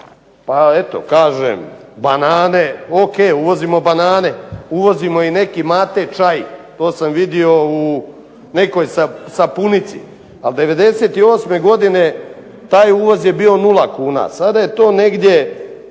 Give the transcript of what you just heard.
Pa eto kažem banane, okej uvozimo banane, uvozimo i neki …/Ne razumije se./… čaj, to sam vidio u nekoj sapunici, a '98. godine taj uvoz je bio nula kuna, sad je to negdje